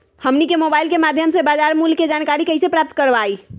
हमनी के मोबाइल के माध्यम से बाजार मूल्य के जानकारी कैसे प्राप्त करवाई?